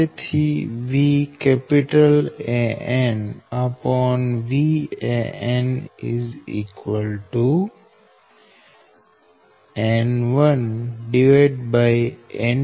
તેથી VAnVan3